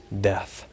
death